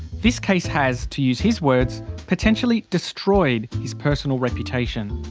this case has, to use his words, potentially destroyed his personal reputation.